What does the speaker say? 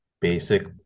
basic